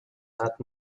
that